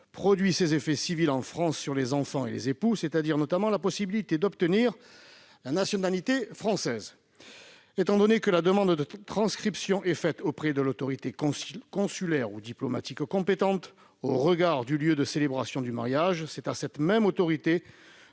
produit des effets civils en France, pour les enfants et les époux, en permettant notamment d'obtenir la nationalité française. Étant donné que la demande de transcription est faite auprès de l'autorité consulaire ou diplomatique compétente, en fonction du lieu de célébration du mariage, il revient à cette même autorité